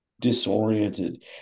disoriented